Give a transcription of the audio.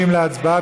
להצבעה.